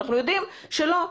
ואנחנו יודעים שלא,